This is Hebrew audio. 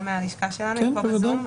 היא ב-זום.